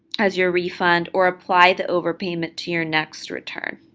as your refund or apply the overpayment to your next return.